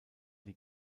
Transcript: die